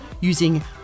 using